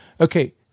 Okay